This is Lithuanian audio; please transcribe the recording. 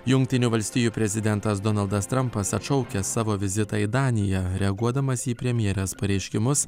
jungtinių valstijų prezidentas donaldas trampas atšaukia savo vizitą į daniją reaguodamas į premjerės pareiškimus